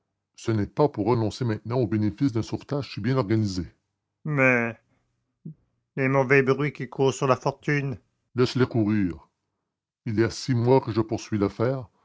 ce n'est pas pour renoncer maintenant au bénéfice d'un sauvetage si bien organisé mais les mauvais bruits qui courent sur la fortune laisse-les courir il y a six mois que je poursuis l'affaire